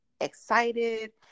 excited